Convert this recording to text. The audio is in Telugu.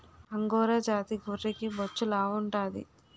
అంగోరా జాతి గొర్రెకి బొచ్చు లావుంటాది